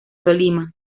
tolima